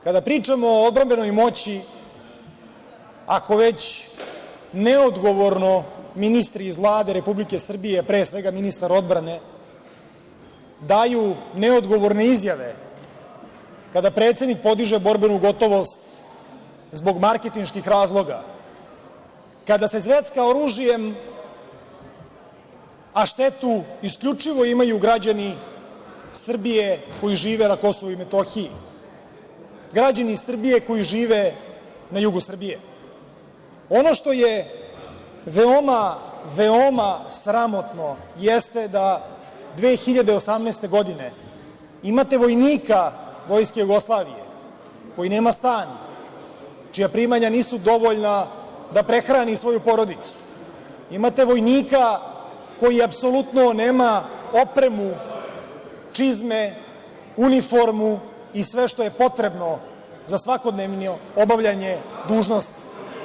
Kada pričamo o odbrambenoj moći, ako već neodgovorno ministri iz Vlade Republike Srbije, a pre svega ministar odbrane, daju neodgovorne izjave, kada predsednik podiže borbenu gotovost zbog marketinških razloga, kada se zvecka oružjem a štetu isključivo imaju građani Srbije koji žive na KiM, građani Srbije koji žive na jugu Srbije, ono što je veoma sramotno jeste da 2018. godine imate vojnika Vojske Jugoslavije koji nema stan, čija primanja nisu dovoljna da prehrani svoju porodicu, imate vojnika koji apsolutno nema opremu, čizme, uniformu i sve što je potrebno za svakodnevno obavljanje dužnosti.